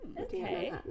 Okay